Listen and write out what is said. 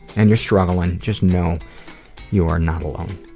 and you're struggling, just know you are not alone.